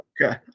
Okay